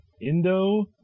Indo